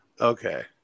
okay